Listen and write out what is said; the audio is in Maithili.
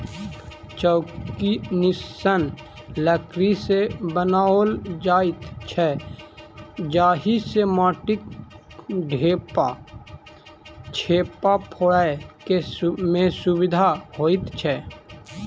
चौकी निस्सन लकड़ी सॅ बनाओल जाइत छै जाहि सॅ माटिक ढेपा चेपा फोड़य मे सुविधा होइत छै